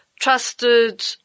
trusted